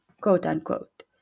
quote-unquote